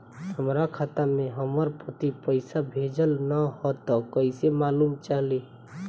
हमरा खाता में हमर पति पइसा भेजल न ह त कइसे मालूम चलि?